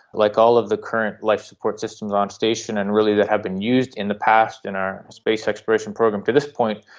like all of the current life-support life-support systems on station and really that have been used in the past in our space exploration program to this point,